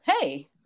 hey